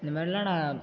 இந்த மாதிரிலா நான்